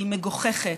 הן מגוחכות,